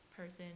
person